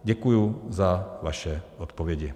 Děkuji za vaše odpovědi.